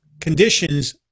conditions